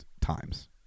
times